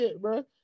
bro